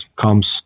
comes